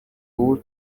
ubu